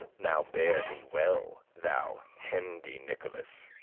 now bear thee well, thou hendy nicholas,